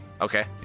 okay